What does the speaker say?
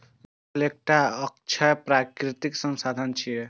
जल एकटा अक्षय प्राकृतिक संसाधन छियै